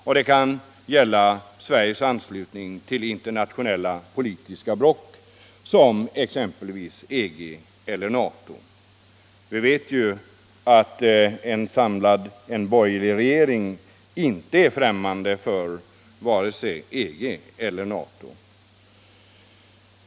Det kan även gälla Sveriges anslutning till internationella politiska block som EG och NATO. Vi vet ju att en borgerlig regering inte skulle vara främmande för vare sig EG eller NATO.